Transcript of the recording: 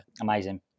amazing